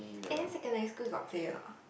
and then secondary school you got play or not